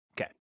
Okay